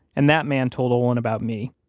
and that man told olin about me,